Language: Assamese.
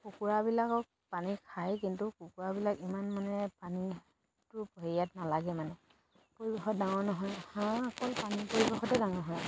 কুকুৰাবিলাকক পানী খায় কিন্তু কুকুৰাবিলাক ইমান মানে পানীটো হেৰিয়াত নালাগে মানে পৰিৱেশত ডাঙৰ নহয় হাঁহ আকল পানী পৰিৱেশতে ডাঙৰ হয়